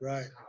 Right